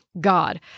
God